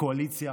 קואליציה